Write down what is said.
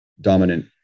dominant